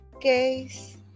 case